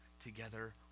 together